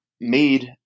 made